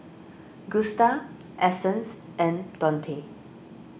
Gusta Essence and Dontae